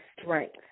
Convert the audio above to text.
strength